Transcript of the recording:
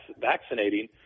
vaccinating